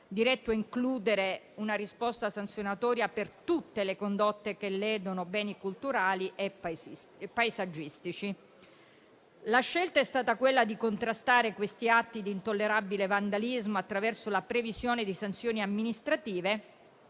diretto ad includere una risposta sanzionatoria per tutte le condotte che ledono beni culturali e paesaggistici. La scelta è stata quella di contrastare questi atti di intollerabile vandalismo attraverso la previsione di sanzioni amministrative